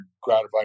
gratified